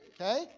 Okay